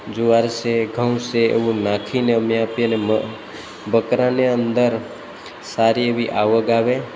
જુવાર છે ઘઉં છે એવું નાખીને અમે આપીએ અને બ બકરાને અંદર સારી એવી આવક આવે